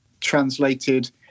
translated